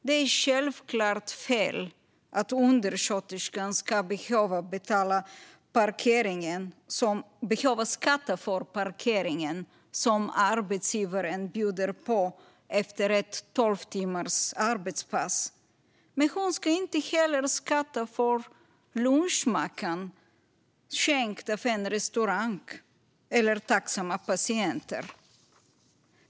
Det är självklart fel att undersköterskan ska behöva skatta för parkeringen som arbetsgivaren bjuder på efter ett tolv timmars arbetspass. Men hon ska inte heller skatta för lunchmackan, skänkt av en restaurang eller tacksamma patienter.